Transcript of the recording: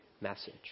message